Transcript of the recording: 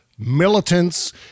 Militants